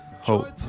hope